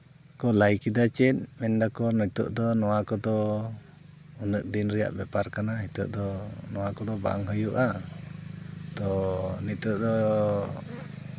ᱠᱚ ᱞᱟᱹᱭ ᱠᱮᱫᱟ ᱪᱮᱫ ᱢᱮᱱᱫᱟᱠᱚ ᱱᱤᱛᱚᱜ ᱫᱚ ᱱᱚᱣᱟ ᱠᱚᱫᱚ ᱩᱱᱟᱹᱜ ᱫᱤᱱ ᱨᱮᱭᱟᱜ ᱵᱮᱯᱟᱨ ᱠᱟᱱᱟ ᱱᱤᱛᱚᱜ ᱫᱚ ᱱᱚᱣᱟ ᱠᱚᱫᱚ ᱵᱟᱝ ᱦᱩᱭᱩᱜᱼᱟ ᱛᱚ ᱱᱤᱛᱚᱜ ᱫᱚ